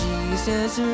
Jesus